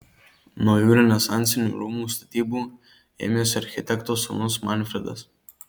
naujų renesansinių rūmų statybų ėmėsi architekto sūnus manfredas